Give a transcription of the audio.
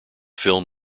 film